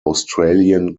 australian